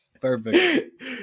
Perfect